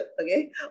okay